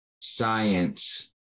science